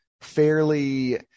fairly